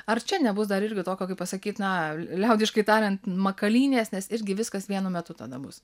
ar čia nebus dar irgi tokio kaip pasakyt na liaudiškai tariant makalynės nes irgi viskas vienu metu tada bus